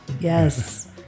Yes